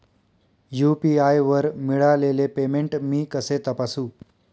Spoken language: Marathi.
यू.पी.आय वर मिळालेले पेमेंट मी कसे तपासू?